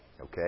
Okay